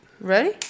Ready